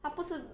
他不是